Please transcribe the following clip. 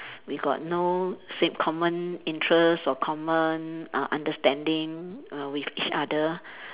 we got no same common interest or common uh understanding uh with each other